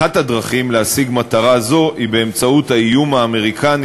אחת הדרכים להשיג מטרה זו היא באמצעות האיום האמריקני